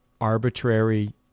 arbitrary